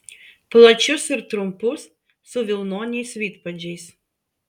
plačius ir trumpus su vilnoniais vidpadžiais